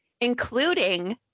including